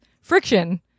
friction